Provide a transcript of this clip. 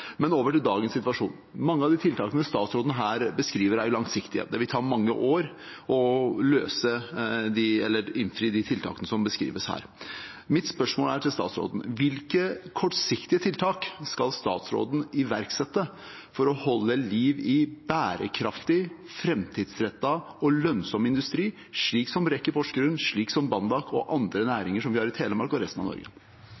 Men over til dagens situasjon. Mange av de tiltakene statsråden her beskriver, er langsiktige. Det vil ta mange år å innfri de tiltakene som beskrives her. Mitt spørsmål til statsråden er: Hvilke kortsiktige tiltak skal statsråden iverksette for å holde liv i bærekraftig, framtidsrettet og lønnsom industri, slik som Rec i Porsgrunn, Bandak og andre